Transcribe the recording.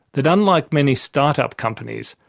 that unlike many start-up companies,